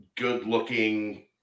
Good-looking